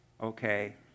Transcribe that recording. okay